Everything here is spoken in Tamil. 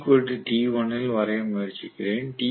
இதை இல் வரைய முயற்சிக்கிறேன்